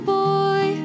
boy